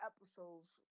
episodes